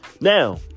now